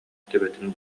төбөтүн